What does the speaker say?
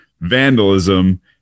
vandalism